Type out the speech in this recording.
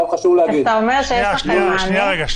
אז אתה אומר שיש לכם מענה?